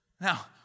Now